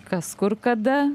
kas kur kada